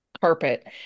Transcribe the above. carpet